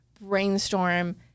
brainstorm